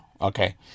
Okay